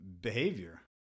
behavior